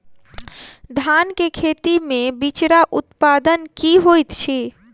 धान केँ खेती मे बिचरा उत्पादन की होइत छी?